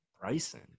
Bryson